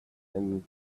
and